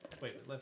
wait